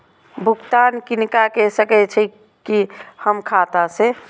भुगतान किनका के सकै छी हम खाता से?